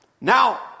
Now